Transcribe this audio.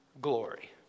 glory